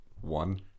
One